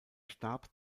starb